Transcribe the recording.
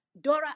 Dora